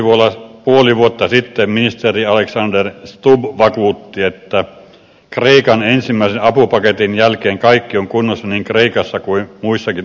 vielä puoli vuotta sitten ministeri alexander stubb vakuutti että kreikan ensimmäisen apupaketin jälkeen kaikki on kunnossa niin kreikassa kuin muissakin euromaissa